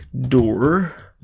door